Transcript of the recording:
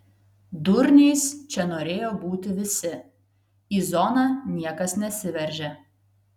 durniais čia norėjo būti visi į zoną niekas nesiveržė